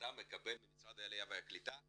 שהאדם מקבל ממשרד העלייה והקליטה.